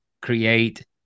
create